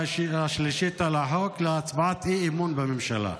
השלישית על החוק להצבעת אי-אמון בממשלה.